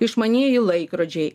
išmanieji laikrodžiai